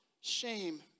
shame